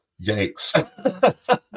yikes